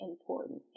important